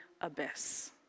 abyss